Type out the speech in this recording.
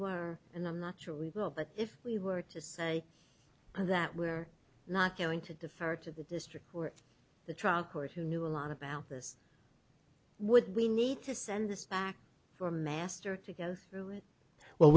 were and i'm not sure we will but if we were to say that we're not going to defer to the district or the trial court who knew a lot about this would we need to send this back for master to go through well